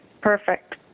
perfect